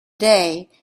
day